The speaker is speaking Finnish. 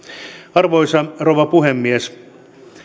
arvoisa rouva puhemies